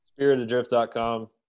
spiritadrift.com